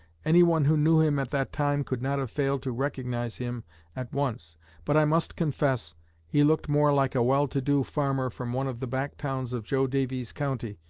anyone who knew him at that time could not have failed to recognize him at once but i must confess he looked more like a well-to-do farmer from one of the back towns of jo daviess county,